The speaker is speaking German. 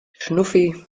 schnuffi